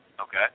Okay